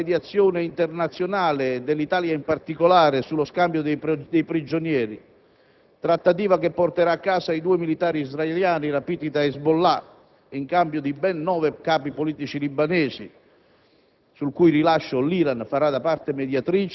Se Israele ha accettato la mediazione internazionale e dell'Italia in particolare sullo scambio dei prigionieri, trattativa che porterà a casa i due militari israeliani rapiti da Hezbollah, in cambio di ben nove capi politici libanesi,